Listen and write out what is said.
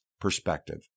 perspective